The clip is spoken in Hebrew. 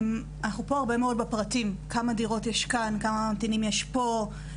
אנחנו פה הרבה מאוד בפרטים ,כמה דירות יש כאן כמה ממתינים יש פה.